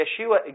Yeshua